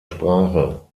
sprache